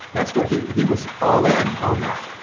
that's what he he was all in on that.